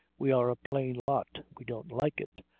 we are a plain lot. we don't like it.